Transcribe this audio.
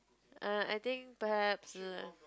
err I think perhaps